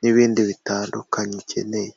n'ibindi bitandukanye ukeneye.